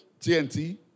TNT